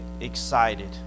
excited